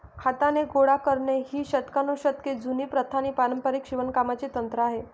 हाताने गोळा करणे ही शतकानुशतके जुनी प्रथा आणि पारंपारिक शिवणकामाचे तंत्र आहे